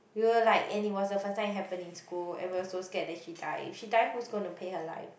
we were like and it was the first time it happened in school and we were so scared that she die if she die who is going to pay her life